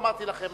אמרתי לכם.